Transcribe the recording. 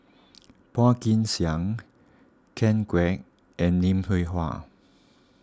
Phua Kin Siang Ken Kwek and Lim Hwee Hua